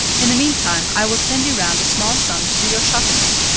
in the meantime i will send you round a small sum to do your shopping with.